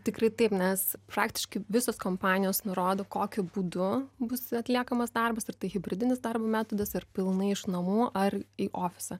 tikrai taip nes praktiškai visos kompanijos nurodo kokiu būdu bus atliekamas darbas ar tai hibridinis darbo metodas ar pilnai iš namų ar į ofisą